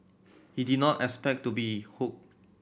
he did not expect to be hooked